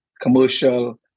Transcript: commercial